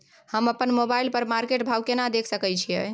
हम अपन मोबाइल पर मार्केट भाव केना देख सकै छिये?